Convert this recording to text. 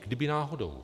Kdyby náhodou.